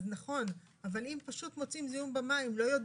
אז נכון,